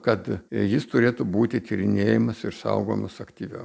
kad jis turėtų būti tyrinėjamas ir saugomas aktyviau